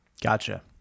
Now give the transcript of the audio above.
Gotcha